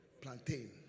plantain